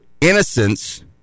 innocence